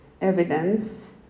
evidence